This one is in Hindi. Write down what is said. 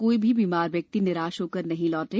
कोई भी बीमार व्यक्ति निराश होकर नहीं लौटे